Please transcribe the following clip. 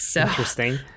Interesting